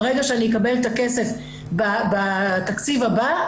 ברגע שאני אקבל את הכסף בתקציב הבא,